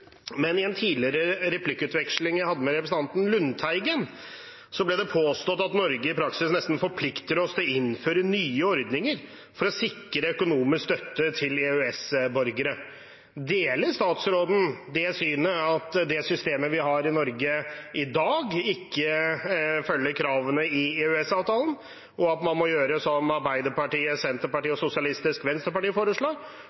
Men i en tidligere replikkveksling jeg hadde med representanten Lundteigen, ble det påstått at Norge i praksis nesten forplikter oss til å innføre nye ordninger for å sikre økonomisk støtte til EØS-borgere. Deler statsråden det synet, at det systemet vi har i Norge i dag, ikke følger kravene i EØS-avtalen, og at man må gjøre som Arbeiderpartiet, Senterpartiet